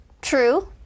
True